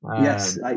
Yes